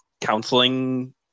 counseling